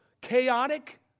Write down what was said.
chaotic